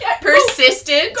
persistent